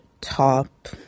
Top